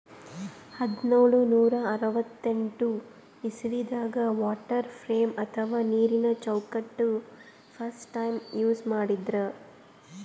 ಹದ್ದ್ನೋಳ್ ನೂರಾ ಅರವತ್ತೆಂಟ್ ಇಸವಿದಾಗ್ ವಾಟರ್ ಫ್ರೇಮ್ ಅಥವಾ ನೀರಿನ ಚೌಕಟ್ಟ್ ಫಸ್ಟ್ ಟೈಮ್ ಯೂಸ್ ಮಾಡಿದ್ರ್